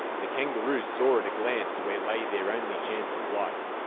the kangaroo saw at a glance where lay their only chance of life.